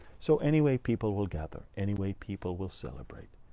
so anyway, people will gather. anyway, people will celebrate.